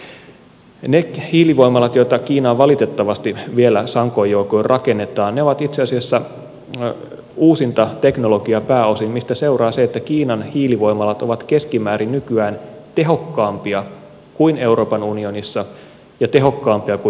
ne hiilivoimalat joita kiinaan valitettavasti vielä sankoin joukoin rakennetaan ovat itse asiassa uusinta teknologiaa pääosin mistä seuraa se että kiinan hiilivoimalat ovat keskimäärin nykyään tehokkaampia kuin euroopan unionissa ja tehokkaampia kuin yhdysvalloissa